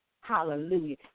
Hallelujah